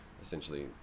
essentially